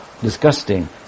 disgusting